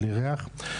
בלי ריח.